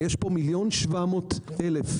ויש פה 1.7 מיליון תושבים.